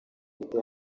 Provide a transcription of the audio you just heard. afite